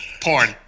Porn